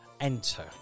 enter